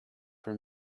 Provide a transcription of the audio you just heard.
for